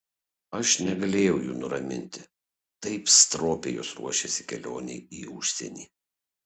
aš negalėjau jų nuraminti taip stropiai jos ruošėsi kelionei į užsienį